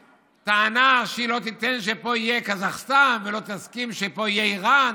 טענה שהיא לא תיתן שפה יהיה קזחסטן ולא תסכים שפה יהיה איראן,